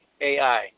AI